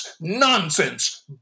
nonsense